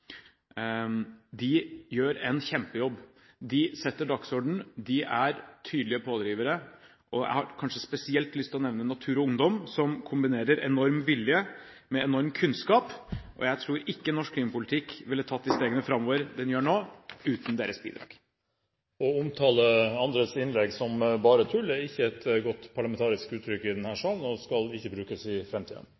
De gjør en kjempejobb, de setter dagsorden, de er tydelige pådrivere. Jeg har spesielt lyst til å nevne Natur og Ungdom, som kombinerer enorm vilje med enorm kunnskap. Jeg tror ikke norsk klimapolitikk ville ha tatt de stegene framover som den gjør nå, uten deres bidrag. Å omtale andres innlegg som «bare tull» er ikke et godt parlamentarisk uttrykk og skal ikke brukes i